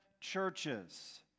churches